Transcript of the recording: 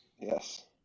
Yes